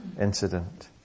incident